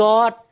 God